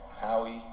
Howie